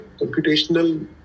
computational